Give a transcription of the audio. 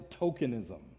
tokenism